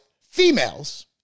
females